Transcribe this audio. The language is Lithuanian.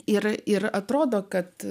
yra ir atrodo kad